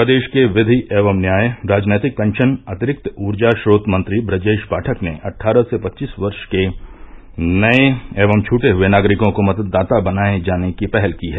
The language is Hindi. प्रदेश के विधि एवं न्याय राजनैतिक पेंशन अतिरिक्त ऊर्जा च्रोत मंत्री ब्रजेश पाठक ने अट्ठारह से पच्चीस वर्ष के नये एवं छूटे हुए नागरिकों को मतदाता बनाए जाने की पहल की है